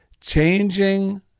changing